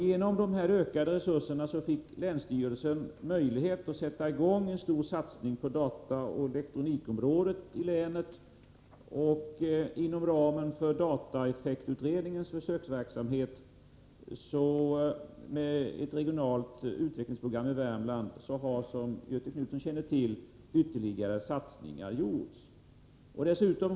Genom dessa ökade resurser fick länsstyrelsen möjlighet att sätta i gång en stor satsning på dataoch elektronikområdet i länet. Inom ramen för dataeffektutredningens försöksverksamhet med ett regionalt utvecklingsprogram i Värmland har, som Göthe Knutson känner till, ytterligare satsningar gjorts.